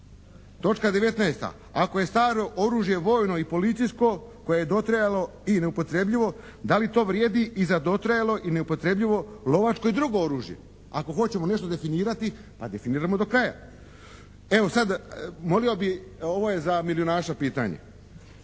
Točka 19. Ako je staro oružje vojno i policijsko koje je dotrajalo i neupotrebljivo da li to vrijedi i za dotrajalo i neupotrebljivo lovačko i drugo oružje? Ako hoćemo nešto definirati pa definirajmo do kraja. Evo sad molio bih, ovo je za Milijunaša pitanje.